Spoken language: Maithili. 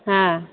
हाँ